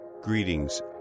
Greetings